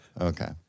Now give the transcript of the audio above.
Okay